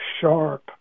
sharp